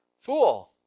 fool